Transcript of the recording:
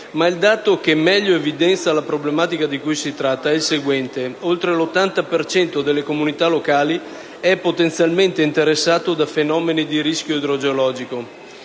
Ma il dato che meglio evidenzia la problematica di cui si tratta è che oltre l'80 per cento delle comunità locali è potenzialmente interessato da fenomeni di rischio idrogeologico.